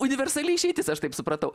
universali išeitis aš taip supratau